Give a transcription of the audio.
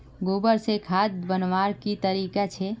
गोबर से खाद बनवार की तरीका छे?